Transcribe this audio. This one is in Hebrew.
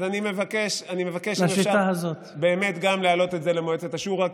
אז אני מבקש באמת גם להעלות את זה למועצת השורא,